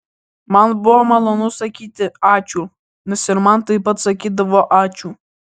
man buvo malonu sakyti ačiū nes ir man taip pat sakydavo ačiū